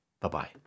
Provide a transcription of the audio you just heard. Bye-bye